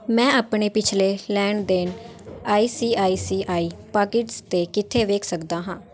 ਮੈਂ ਆਪਣੇ ਪਿੱਛਲੇ ਲੈਣ ਦੇਣ I C I C I pockets 'ਤੇ ਕਿੱਥੇ ਵੇਖ ਸਕਦਾ ਹਾਂ